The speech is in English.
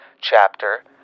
chapter